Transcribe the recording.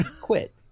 Quit